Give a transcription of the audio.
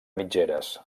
mitgeres